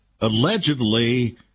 allegedly